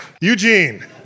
Eugene